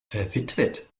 verwitwet